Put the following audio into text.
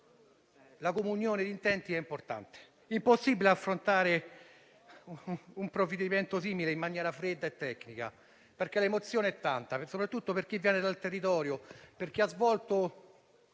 la comunione di intenti è importante. È impossibile affrontare un provvedimento simile in maniera fredda e tecnica, perché l'emozione è tanta, soprattutto per chi viene dal territorio, per chi ha svolto